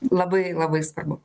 labai labai svarbu